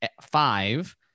five